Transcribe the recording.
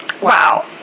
Wow